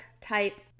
type